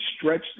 stretch